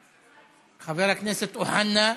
תודה, חבר הכנסת אוחנה,